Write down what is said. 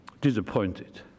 disappointed